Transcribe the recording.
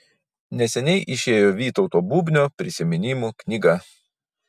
neseniai išėjo vytauto bubnio prisiminimų knyga